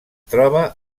troba